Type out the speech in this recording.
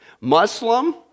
Muslim